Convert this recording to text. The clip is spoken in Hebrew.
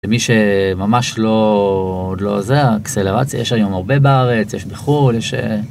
מי שממש לא, עוד לא זה, אקסלרציה יש היום הרבה בארץ יש בחו"ל, יש...